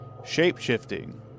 Shapeshifting